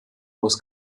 aus